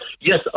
yes